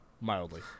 Mildly